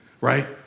right